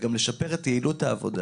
וגם לשפר את יעילות העבודה.